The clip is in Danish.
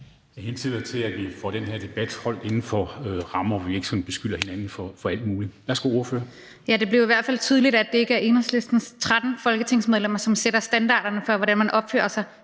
Jeg henstiller til, at vi får den her debat holdt inden for rammer, hvor vi ikke sådan beskylder hinanden for alt muligt. Værsgo til ordføreren. Kl. 14:15 Rosa Lund (EL): Det blev i hvert fald tydeligt, at det ikke er Enhedslistens 13 folketingsmedlemmer, som sætter standarderne for, hvordan man opfører sig